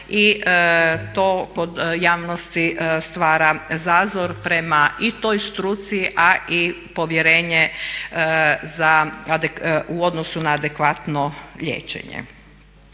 i to kod javnosti stvara zazor prema i toj struci a i povjerenje u odnosu na adekvatno liječenje.